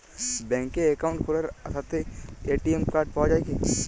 ব্যাঙ্কে অ্যাকাউন্ট খোলার সাথেই এ.টি.এম কার্ড পাওয়া যায় কি?